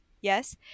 yes